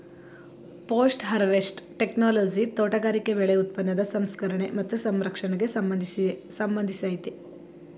post harvest technology ತೋಟಗಾರಿಕೆ ಬೆಳೆ ಉತ್ಪನ್ನದ ಸಂಸ್ಕರಣೆ ಮತ್ತು ಸಂರಕ್ಷಣೆಗೆ ಸಂಬಂಧಿಸಯ್ತೆ